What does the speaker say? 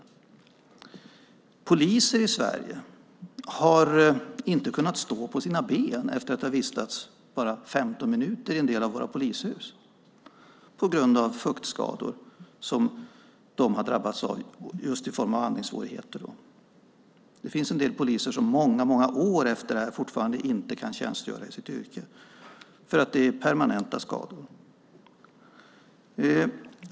Det har förekommit att poliser i Sverige inte har kunnat stå på sina ben efter att ha vistats bara 15 minuter i en del av våra polishus på grund av fuktskador som har drabbat dem just i form av andningssvårigheter. Det finns en del poliser som många år senare fortfarande inte kan tjänstgöra i sitt yrke för att det är permanenta skador.